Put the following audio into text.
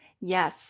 Yes